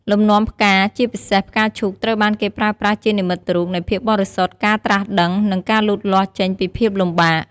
លំនាំផ្កា ជាពិសេស ផ្កាឈូក ត្រូវបានគេប្រើប្រាស់ជានិមិត្តរូបនៃភាពបរិសុទ្ធ ការត្រាស់ដឹង និងការលូតលាស់ចេញពីភាពលំបាក។